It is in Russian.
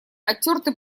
оттерты